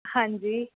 ਹਾਂਜੀ